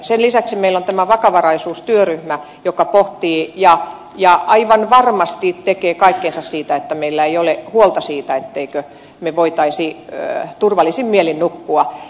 sen lisäksi meillä on vakavaraisuustyöryhmä joka pohtii ja aivan varmasti tekee kaikkensa että meillä ei ole huolta siitä ettemmekö me voisi turvallisin mielin nukkua